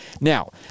Now